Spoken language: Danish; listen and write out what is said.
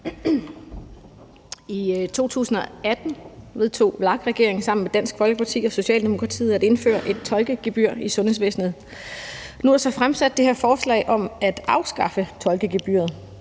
I 2018 vedtog VLAK-regeringen sammen med Dansk Folkeparti og Socialdemokratiet at indføre et tolkegebyr i sundhedsvæsenet. Nu er der så fremsat det her forslag om at afskaffe tolkegebyret,